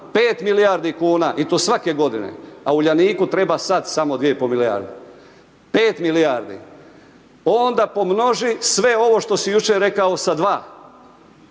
5 milijardi kuna i to svake godine, a Uljaniku treba sad samo 2,5 milijarde, 5. milijardi, onda pomnoži sve ovo što si jučer rekao sa dva